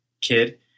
kid